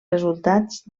resultats